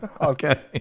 Okay